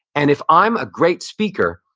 and if i'm a great speaker,